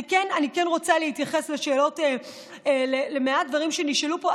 אני רוצה להתייחס למעט דברים שנשאלו פה.